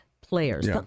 Players